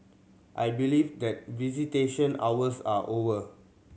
I believe that visitation hours are over